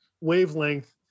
wavelength